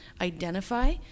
identify